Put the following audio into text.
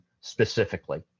specifically